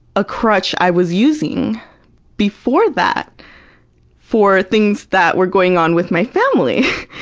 a crutch i was using before that for things that were going on with my family.